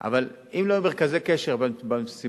אבל אם לא היו מרכזי קשר בנסיבות,